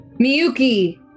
Miyuki